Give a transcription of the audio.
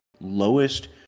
lowest